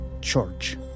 Church